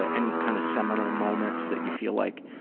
ah any kind of seminal moments that you feel like